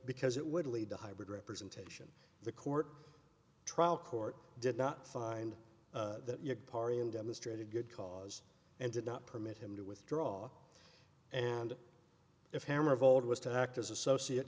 because it would lead to hybrid representation the court trial court did not find that your party and demonstrated good cause and did not permit him to withdraw and if hammer vold was to act as associate